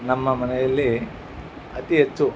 ನಮ್ಮ ಮನೆಯಲ್ಲಿ ಅತೀ ಹೆಚ್ಚು